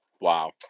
Wow